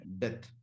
death